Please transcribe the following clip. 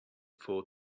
for